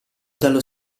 dallo